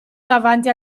davanti